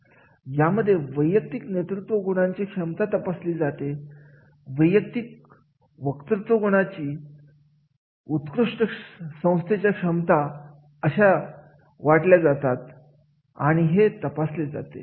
यामध्ये वैयक्तिक नेतृत्व गुणांची क्षमता तपासली जाते वैयक्तिक वकृत्व गुणांमध्ये उत्कृष्ट संस्थेच्या क्षमता कशा वाटल्या जातात हे तपासले जाते